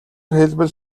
хэлбэл